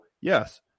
yes